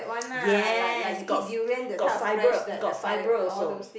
yes got got fiber got fiber also